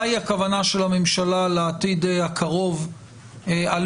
מהי הכוונה של הממשלה לעתיד הקרוב על